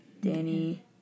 Danny